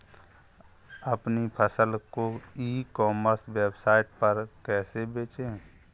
अपनी फसल को ई कॉमर्स वेबसाइट पर कैसे बेचें?